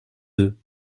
eux